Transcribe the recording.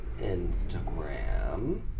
Instagram